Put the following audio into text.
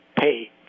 pay